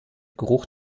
geruch